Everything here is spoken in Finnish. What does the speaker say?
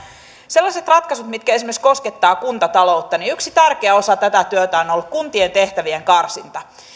sellaisissa ratkaisuissa mitkä esimerkiksi koskettavat kuntataloutta yksi tärkeä osa työtä on ollut kuntien tehtävien karsinta